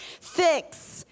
fix